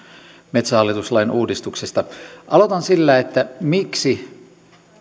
metsähallitus lain uudistuksesta aloitan sillä miksi